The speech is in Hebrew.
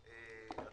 כמובן,